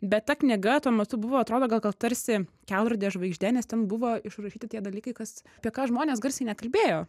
bet ta knyga tuo metu buvo atrodo gal kal tarsi kelrodė žvaigždė nes ten buvo išrašyti tie dalykai kas apie ką žmonės garsiai nekalbėjo